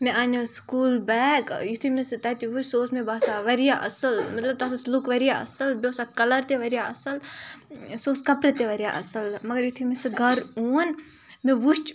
مےٚ اَنیو school bag یُتھُے مےٚ سُہ تَتہِ وُچھ سُہ اوس مےٚ باسان واریاہ اَصٕل مطلب تَتھ ٲس لُک واریاہ اَصٕل بیٚیہِ اوس اَتھ کَلَر تہِ واریاہ اَصٕل سُہ اوس کَپرٕ تہِ واریاہ اَصٕل مگر یُتھُے مےٚ سُہ گَرٕ اون مےٚ وُچھ